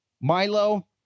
Milo